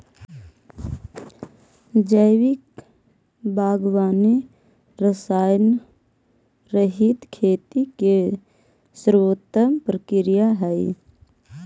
जैविक बागवानी रसायनरहित खेती के सर्वोत्तम प्रक्रिया हइ